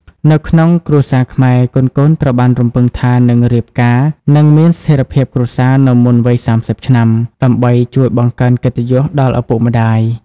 នៅក្នុងគ្រួសារខ្មែរ កូនៗត្រូវបានរំពឹងថានឹងរៀបការ និងមានស្ថិរភាពគ្រួសារនៅមុនវ័យ ៣០ ឆ្នាំ ដើម្បីជួយបង្កើនកិត្តិយសដល់ឪពុកម្តាយ។